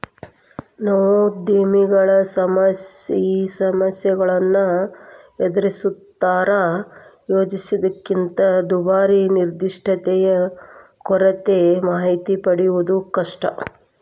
ನವೋದ್ಯಮಿಗಳು ಈ ಸಮಸ್ಯೆಗಳನ್ನ ಎದರಿಸ್ತಾರಾ ಯೋಜಿಸಿದ್ದಕ್ಕಿಂತ ದುಬಾರಿ ನಿರ್ದಿಷ್ಟತೆಯ ಕೊರತೆ ಮಾಹಿತಿ ಪಡೆಯದು ಕಷ್ಟ